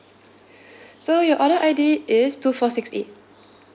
so your order I_D is two four six eight